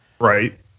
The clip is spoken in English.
Right